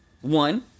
one